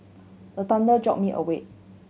the thunder jolt me awake